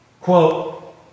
Quote